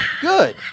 Good